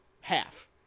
half